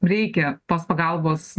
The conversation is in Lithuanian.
reikia tos pagalbos